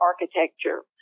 architecture